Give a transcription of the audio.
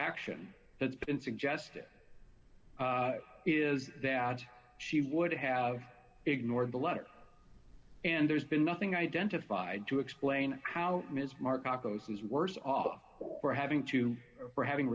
action has been suggested is that she would have ignored the letter and there's been nothing identified to explain how ms marco's was worse off for having to having